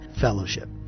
fellowship